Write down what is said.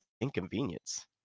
inconvenience